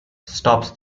stops